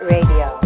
Radio